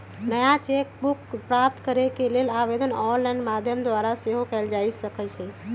नया cheque book प्राप्त करेके लेल आवेदन ऑनलाइन माध्यम द्वारा सेहो कएल जा सकइ छै